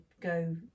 go